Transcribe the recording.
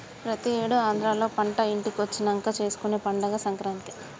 ప్రతి ఏడు ఆంధ్రాలో పంట ఇంటికొచ్చినంక చేసుకునే పండగే సంక్రాంతి